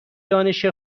دانش